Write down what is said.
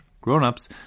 grown-ups